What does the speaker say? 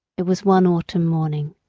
it was one autumn morning,